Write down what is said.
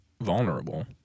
vulnerable